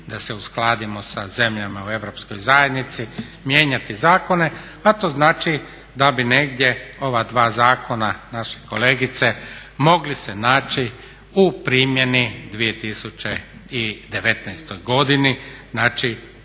da se uskladimo sa zemljama u Europskoj zajednici mijenjati zakone, a to znači da bi negdje ova dva zakona naše kolegice mogli se naći u primjeni 2019. godini, znači